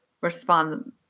respond